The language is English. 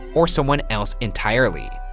or someone else entirely?